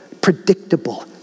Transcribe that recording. Predictable